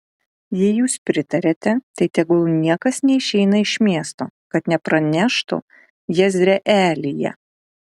jei jūs pritariate tai tegul niekas neišeina iš miesto kad nepraneštų jezreelyje